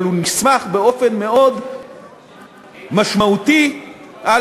אבל הוא נסמך באופן מאוד משמעותי על